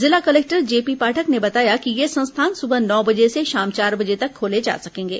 जिला collector J P Pathak ने बताया कि ये संस्थान सुबह नौ बजे से शाम चार बजे तक खोले जा सकेंगे